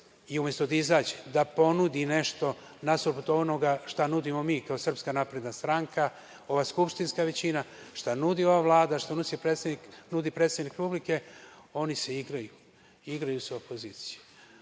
I, umesto da izađe, da ponudi nešto nasuprot onoga šta nudimo kao SNS, ova skupštinska većina, šta nudi ova Vlada, šta nudi predsednik Republike, oni se igraju. Igraju se opozicije. Upravo